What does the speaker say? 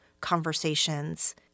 conversations